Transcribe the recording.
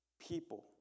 People